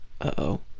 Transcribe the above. uh-oh